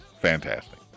fantastic